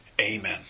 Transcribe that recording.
Amen